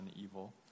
evil